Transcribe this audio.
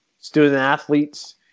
student-athletes